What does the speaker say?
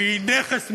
שהיא נכס מעולה,